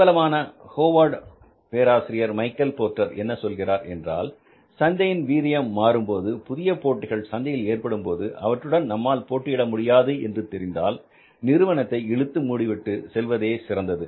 பிரபலமான ஹோவார்ட் பேராசிரியர் Michael Porter என்ன சொல்கிறார் என்றால் சந்தையின் வீரியம் மாறும்போது புதிய போட்டிகள் சந்தையில் ஏற்படும் போது அவற்றுடன் நம்மால் போட்டியிட முடியாது என்று தெரிந்தால் நிறுவனத்தை இழுத்து மூடிவிட்டு செல்வதே சிறந்தது